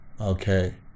Okay